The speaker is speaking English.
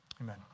Amen